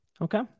okay